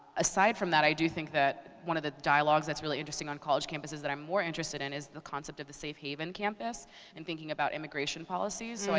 aside from that, i do think that one of the dialogues that's really interesting on college campuses that i'm more interested in is the concept of the safe haven campus and thinking about immigration policies. so